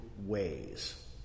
ways